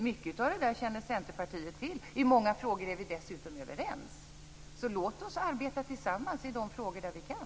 Mycket av det där känner Centerpartiet till, och i många frågor är vi dessutom överens. Så låt oss arbeta tillsammans i de frågor där vi kan.